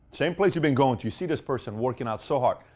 same place you've been going to, you see this person working out so hard.